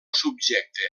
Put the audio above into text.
subjecte